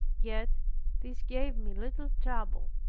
yet this gave me little trouble.